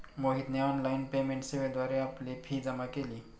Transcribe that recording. मोहितने online payment सेवेद्वारे आपली फी जमा केली